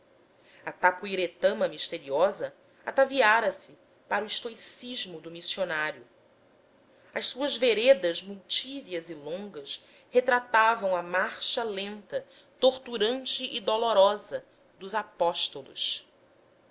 se tapui retama misteriosa ataviara se para o estoicismo do missionário as suas veredas multívias e longas retratavam a marcha lenta torturante e dolorosa dos apóstolos